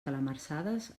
calamarsades